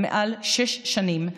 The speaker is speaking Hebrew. מעל שש שנים,